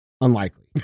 Unlikely